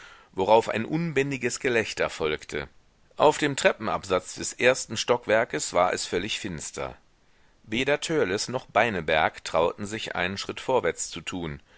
worauf ein unbändiges gelächter folgte auf dem treppenabsatz des ersten stockwerkes war es völlig finster weder törleß noch beineberg trauten sich einen schritt vorwärts zu tun